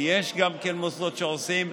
ויש גם מוסדות שעושים,